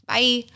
Bye